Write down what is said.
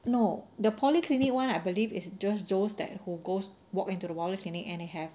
no the polyclinic [one] I believe is just those that who goes walk into the polyclinic and have